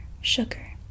sugar